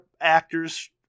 actors